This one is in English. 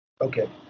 Okay